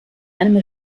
einem